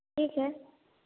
ठीक है